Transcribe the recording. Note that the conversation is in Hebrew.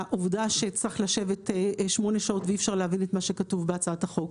העובדה שצריך לשבת שמונה שעות ואי אפשר להבין את מה שכתוב בהצעת החוק.